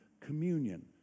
communion